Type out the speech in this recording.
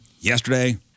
yesterday